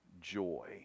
joy